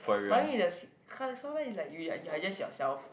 but I mean the cause sometime is like you you are just yourself